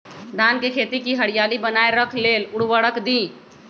धान के खेती की हरियाली बनाय रख लेल उवर्रक दी?